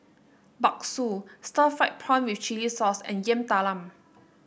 Bakso Stir Fried Prawn with Chili Sauce and Yam Talam